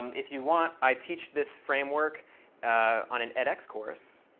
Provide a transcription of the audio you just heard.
um if you want, i teach this framework on an edx course.